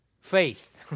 Faith